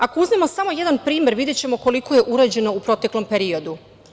Ako uzmemo samo jedan primer, videćemo koliko je urađeno u proteklom periodu.